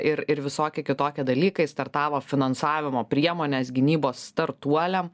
ir ir visokie kitokie dalykai startavo finansavimo priemonės gynybos startuoliam